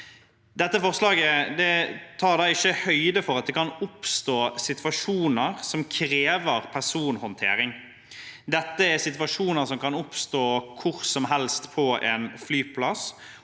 Dette forslaget tar ikke høyde for at det kan oppstå situasjoner som krever personhåndtering. Dette er situasjoner som kan oppstå hvor som helst på en flyplass,